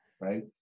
Right